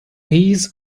heed